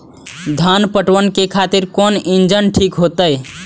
धान पटवन के खातिर कोन इंजन ठीक होते?